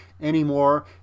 anymore